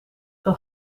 een